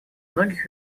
многих